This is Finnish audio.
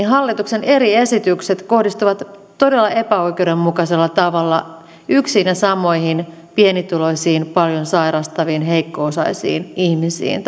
hallituksen eri esitykset kohdistuvat todella epäoikeudenmukaisella tavalla yksiin ja samoihin pienituloisiin paljon sairastaviin heikko osaisiin ihmisiin